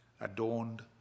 adorned